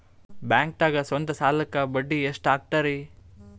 ಬ್ಯಾಂಕ್ದಾಗ ಸ್ವಂತ ಸಾಲಕ್ಕೆ ಬಡ್ಡಿ ಎಷ್ಟ್ ಹಕ್ತಾರಿ?